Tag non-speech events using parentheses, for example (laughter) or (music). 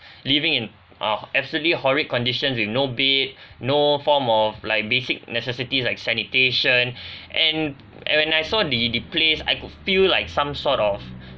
living in uh absolutely horrid conditions with no bed no form of like basic necessities like sanitation (breath) and and when I saw the the place I could feel like some sort of